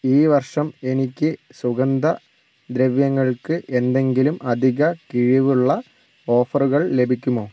ഈ വർഷം എനിക്ക് സുഗന്ധദ്രവ്യങ്ങൾക്ക് എന്തെങ്കിലും അധിക കിഴിവുള്ള ഓഫറുകൾ ലഭിക്കുമോ